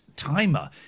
timer